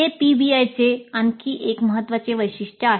हे पीबीआयचे आणखी एक महत्त्वाचे वैशिष्ट्य आहे